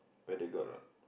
whether got or not